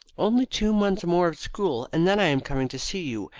only two months more of school and then i am coming to see you,